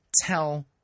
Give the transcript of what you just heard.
tell